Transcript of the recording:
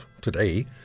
today